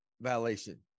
violation